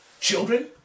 children